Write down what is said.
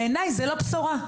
בעיניי, זו לא בשורה.